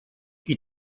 qui